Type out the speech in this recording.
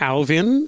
Alvin